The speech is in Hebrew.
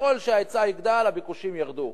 ככל שההיצע יגדל הביקושים ירדו.